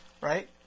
right